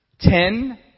Ten